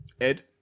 Ed